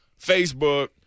Facebook